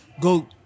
go